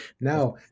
Now